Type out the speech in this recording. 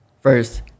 first